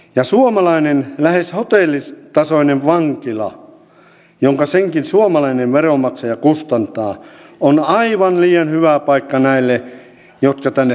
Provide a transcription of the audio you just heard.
ja suomalainen lähes hotellitasoinen vankila jonka senkin suomalainen veronmaksaja kustantaa on aivan liian hyvä paikka näille jotka tänne tulevat